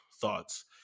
thoughts